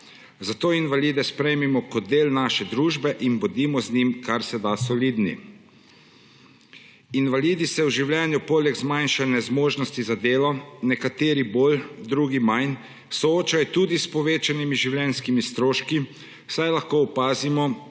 Zato invalide sprejmimo kot del naše družbe in bodimo z njimi kar se da solidni. Invalidi se v življenju poleg zmanjšane zmožnosti za delo, nekateri bolj, drugi manj, soočajo tudi s povečanimi življenjskimi stroški, saj lahko opazimo,